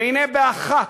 והנה באחת,